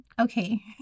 okay